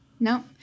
No